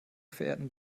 verehrten